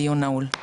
הדיון נעול.